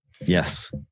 Yes